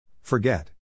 Forget